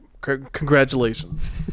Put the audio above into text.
Congratulations